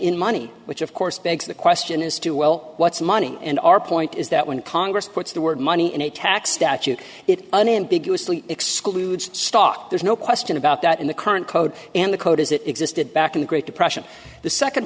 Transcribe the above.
in money which of course begs the question as to well what's money and our point is that when congress puts the word money in a tax statute it unambiguous excludes stock there's no question about that in the current code and the code as it existed back in the great depression the second